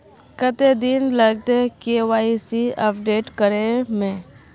कते दिन लगते के.वाई.सी अपडेट करे में?